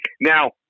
Now